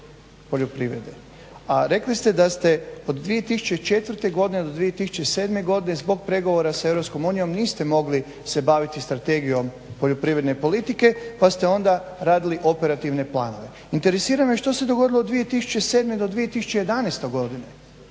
a rekli ste da ste od 2004. do 2007. godine zbog pregovora s Europskom unijom niste mogli se baviti Strategijom poljoprivredne politike pa ste onda radili operativne planove. Interesira me što se dogodilo 2007.-2011. godine,